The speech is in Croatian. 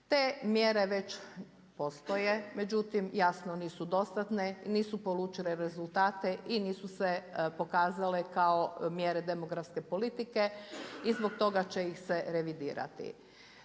Te mjere već postoje, međutim jasno nisu dostatne i nisu polučile rezultate i nisu se pokazale kao mjere demografske politike i zbog toga će ih se revidirati.